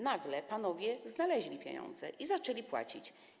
Nagle panowie znaleźli pieniądze i zaczęli płacić.